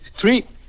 three